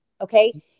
okay